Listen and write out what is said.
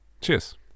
Cheers